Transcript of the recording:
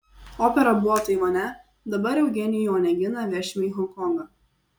opera buvo taivane dabar eugenijų oneginą vešime į honkongą